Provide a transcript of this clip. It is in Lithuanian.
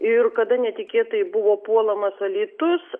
ir kada netikėtai buvo puolamas alytus